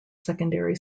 secondary